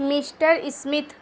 mister smith